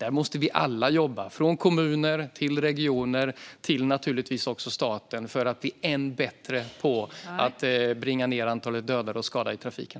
Vi måste alla - från kommuner och regioner till staten - jobba för att bli än bättre på att bringa ned antalet dödade och skadade i trafiken.